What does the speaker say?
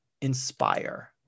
inspire